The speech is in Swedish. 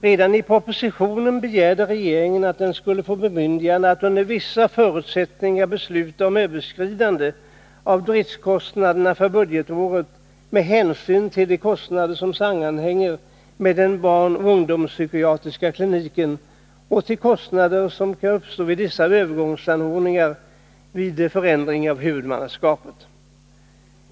Redan i propositionen begärde regeringen att den skulle få bemyndigande att under vissa förutsättningar besluta om överskridande av driftskostnaderna för budgetåret, med hänsyn till de kostnader som sammanhänger med den barnoch ungdomspsykiatriska kliniken och till kostnader som kan uppstå för vissa övergångsanordningar vid förändringar av huvudmannaskapet.